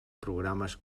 programes